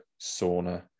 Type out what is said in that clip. sauna